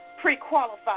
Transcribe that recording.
pre-qualified